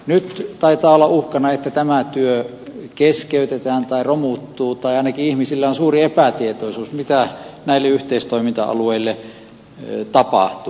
nyt taitaa olla uhkana että tämä työ keskeytetään tai se romuttuu tai ainakin ihmisillä on suuri epätietoisuus siitä mitä näille yhteistoiminta alueille tapahtuu